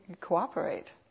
cooperate